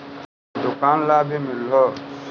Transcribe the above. दुकान ला भी मिलहै?